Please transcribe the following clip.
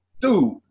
dude